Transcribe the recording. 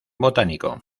botánico